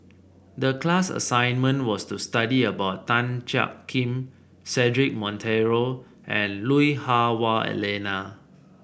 the class assignment was to study about Tan Jiak Kim Cedric Monteiro and Lui Hah Wah Elena